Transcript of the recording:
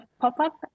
pop-up